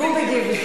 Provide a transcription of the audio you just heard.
גובי גיבלין.